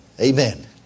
Amen